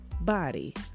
body